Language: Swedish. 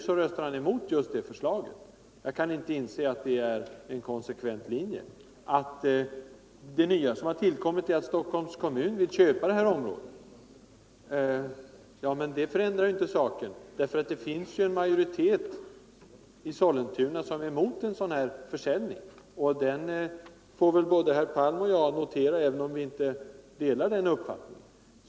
Men nu röstar han emot det förslaget. Jag kan inte inse att det är en konsekvent linje. Det nya som tillkommit är att Stockholms kommun vill köpa det här området. Men det förändrar ju inte saken, eftersom det finns en majoritet i Sollentuna som är emot en sådan försäljning. Detta faktum får väl både herr Palm och jag notera, även om vi inte delar den uppfattningen.